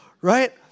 right